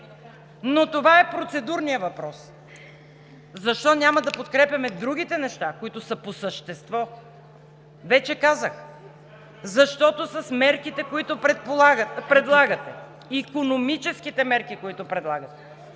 Това е процедурният въпрос. Защо няма да подкрепяме другите неща, които са по същество? Вече казах – защото с икономическите мерки, които предлагате,